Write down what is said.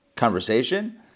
conversation